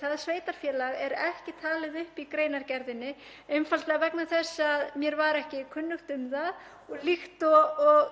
það sveitarfélag er ekki talið upp í greinargerðinni, einfaldlega vegna þess að mér var ekki kunnugt um það, og líkt og